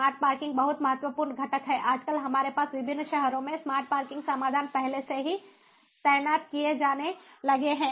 smart parking बहुत महत्वपूर्ण घटक है आजकल हमारे पास विभिन्न शहरों में स्मार्ट पार्किंग समाधान पहले से ही तैनात किए जाने लगे हैं